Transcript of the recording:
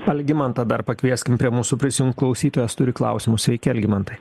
algimantą dar pakvieskim prie mūsų prisijungt klausytojas turi klausimų sveiki algimantai